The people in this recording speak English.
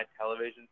television